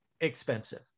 expensive